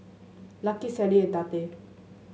Lucky Sallie and Tate